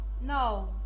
no